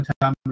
time